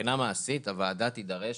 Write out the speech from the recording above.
מבחינה מעשית הוועדה תידרש.